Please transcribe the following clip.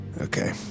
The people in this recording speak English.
Okay